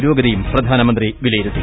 പുരോഗതിയും പ്രധാനമന്ത്രി വിലയിരുത്തി